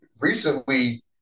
recently